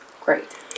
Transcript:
Great